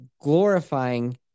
glorifying